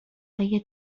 های